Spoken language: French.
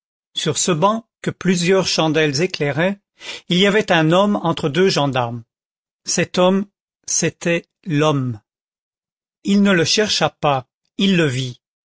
sur ce banc que plusieurs chandelles éclairaient il y avait un homme entre deux gendarmes cet homme c'était l'homme il ne le chercha pas il le vit